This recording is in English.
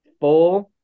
Four